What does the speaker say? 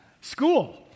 School